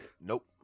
Nope